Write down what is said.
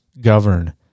govern